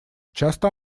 часто